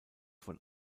von